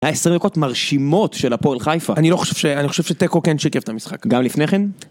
היה עשר דקות מרשימות של הפועל חיפה. אני לא חושב ש...אני חושב שתיקו כן שיקף את המשחק. גם לפני כן?